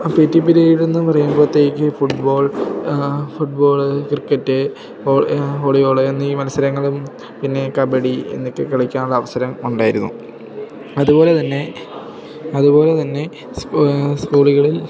ആ P T period എന്ന് പറയുമ്പോത്തേക്ക് ഫുട്ബോൾ ഫുട്ബോള് ക്രിക്കറ്റ് വോ വോളിബോള് എന്നീ മത്സരങ്ങളും പിന്നെ കബഡി എന്നൊക്കെ കളിക്കാനുള്ള അവസരം ഉണ്ടായിരുന്നു അതുപോലെ തന്നെ അതുപോലെ തന്നെ സ്കൂ സ്കൂളുകളിൽ